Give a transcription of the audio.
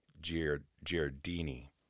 Giardini